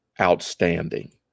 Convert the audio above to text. outstanding